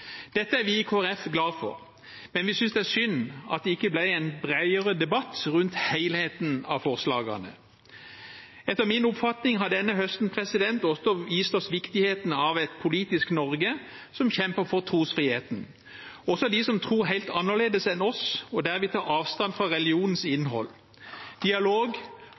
Dette er vi i Kristelig Folkeparti glade for. Men vi synes det er synd at det ikke ble en bredere debatt rundt helheten av forslagene. Etter min oppfatning har denne høsten også vist oss viktigheten av et politisk Norge som kjemper for trosfriheten, også for dem som tror helt annerledes enn oss, og der vi tar avstand fra religionens innhold. Dialog,